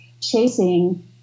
chasing